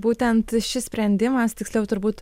būtent šis sprendimas tiksliau turbūt